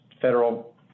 federal